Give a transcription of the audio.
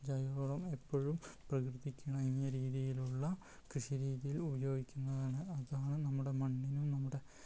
ജൈവവളം എപ്പോഴും പ്രകൃതിക്കിണങ്ങിയ രീതിയിലുള്ള കൃഷി രീതിയിൽ ഉപയോഗിക്കുന്നതാണ് അതാണ് നമ്മുടെ മണ്ണിനും നമ്മുടെ